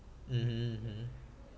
mmhmm mmhmm